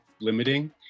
limiting